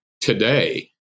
today